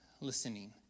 listening